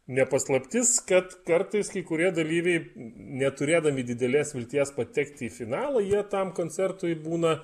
ne paslaptis kad kartais kai kurie dalyviai neturėdami didelės vilties patekti į finalą jie tam koncertui būna